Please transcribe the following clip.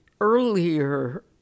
earlier